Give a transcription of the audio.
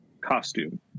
costume